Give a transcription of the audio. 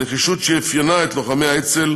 הנחישות שאפיינה את לוחמי האצ"ל